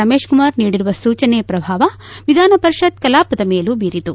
ರಮೇಶ್ ಕುಮಾರ್ ನೀಡಿರುವ ಸೂಚನೆ ಪ್ರಭಾವ ವಿಧಾನ ಪರಿಷತ್ ಕಲಾಪದ ಮೇಲೂ ಬೀರಿತು